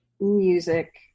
music